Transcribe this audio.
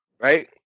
right